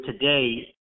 today